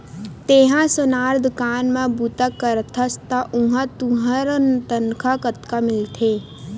तेंहा सोनार दुकान म बूता करथस त उहां तुंहर तनखा कतका मिलथे?